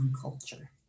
culture